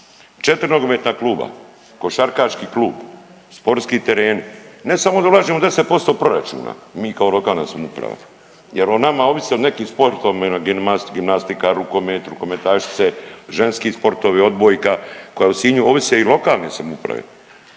četri nogometna kluba, košarkaški klub, sportski tereni. Ne samo da ulažemo u 10% proračuna, mi kao lokalna samouprava jel o nama ovise o nekim sportovima gimnastika, rukomet, rukometašice, ženski sportovi odbojka koji u Sinju ovise i lokalne samouprave,